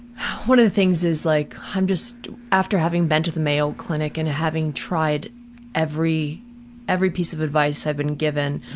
one of the things, is like i'm just after having been to the mayo clinic and having tried every every piece of advice i've been given,